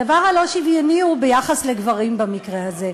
הדבר הלא-שוויוני הוא ביחס לגברים במקרה הזה.